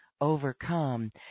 overcome